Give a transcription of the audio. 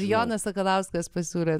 jonas sakalauskas pasiūlė